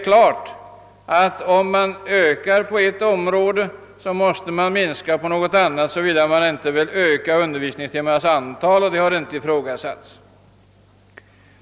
Utökas undervisningen på ett område måste man givetvis minska timantalet på något annat, såvida man inte vill öka det totala antalet timmar, vilket dock inte ifrågasatts.